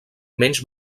menys